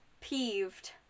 peeved